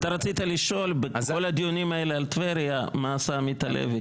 אתה רצית לשאול בכל הדיונים האלה על טבריה מה עשה עמית הלוי,